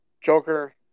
Joker